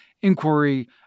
inquiry